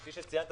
כפי שציינת